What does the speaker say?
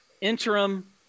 interim